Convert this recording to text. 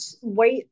white